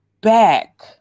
back